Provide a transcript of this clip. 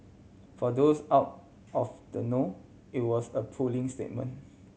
for those out of the know it was a puling statement